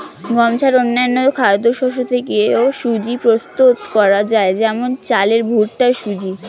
গম ছাড়া অন্যান্য খাদ্যশস্য থেকেও সুজি প্রস্তুত করা যায় যেমন চালের ভুট্টার সুজি